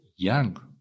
young